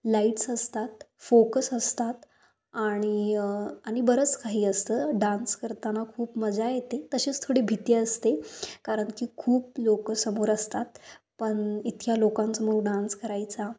lights असतात focus असतात आणि आणि बरंच काही असतं डान्स करताना खूप मजा येते तसेच थोडी भीती असते कारण की खूप लोकांसमोर असतात पण इतक्या लोकांसमोर डान्स करायचा